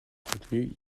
contenus